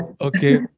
Okay